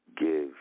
give